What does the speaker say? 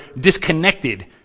disconnected